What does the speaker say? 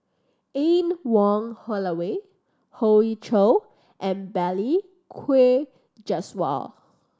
Anne Wong Holloway Hoey Choo and Balli Kaur Jaswal